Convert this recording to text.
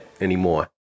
anymore